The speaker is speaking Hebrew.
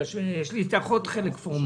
בגלל שיש לי איתך עוד חלק פורמלי.